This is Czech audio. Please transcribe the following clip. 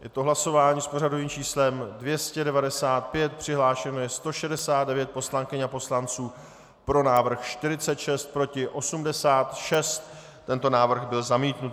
Je to hlasování s pořadovým číslem 295, přihlášeno je 169 poslankyň a poslanců, pro návrh 46, proti 86, tento návrh byl zamítnut.